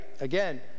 again